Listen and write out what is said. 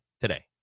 today